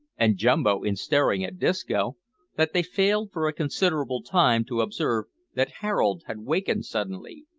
and jumbo in staring at disco that they failed for a considerable time to observe that harold had wakened suddenly,